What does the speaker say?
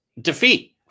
defeat